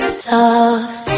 soft